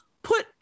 put